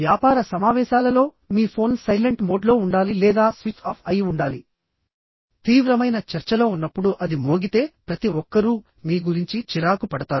వ్యాపార సమావేశాలలో మీ ఫోన్ సైలెంట్ మోడ్లో ఉండాలి లేదా స్విచ్ ఆఫ్ అయి ఉండాలి తీవ్రమైన చర్చలో ఉన్నప్పుడు అది మోగితే ప్రతి ఒక్కరూ మీ గురించి చిరాకు పడతారు